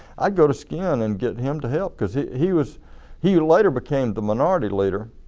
i'd go to skin and get him to help because he he was he later became the minority leader.